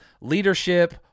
Leadership